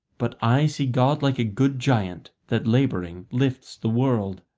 but i see god like a good giant, that, labouring, lifts the world.